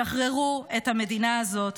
שחררו את המדינה הזאת,